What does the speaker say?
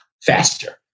faster